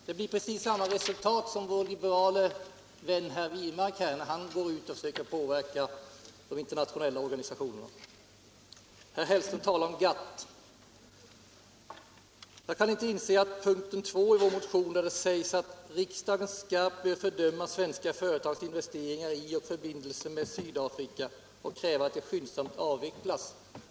Det blir precis samma resultat som när vår liberale vän herr Wirmark försöker påverka de internationella organisationerna. Herr Hellström talade om GATT. Jag kan inte inse att punkten 2 i vår motion strider mot GATT. I punkten 2 står att riksdagen skarpt bör fördöma ”svenska företags investeringar i och förbindelser med Sydafrika och kräva att de skyndsamt avvecklas”.